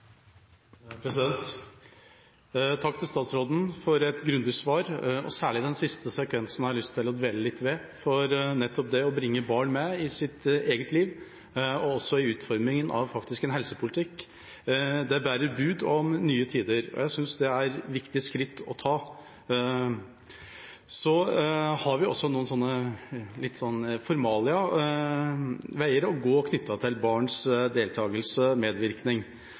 jeg lyst til å dvele litt ved, for nettopp det å bringe barn med i deres eget liv og faktisk også i utformingen av en helsepolitikk bærer bud om nye tider. Jeg synes det er et viktig skritt å ta. Så har vi også noen litt formelle veier å gå knyttet til barns deltakelse og medvirkning.